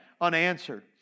unanswered